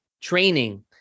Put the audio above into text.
training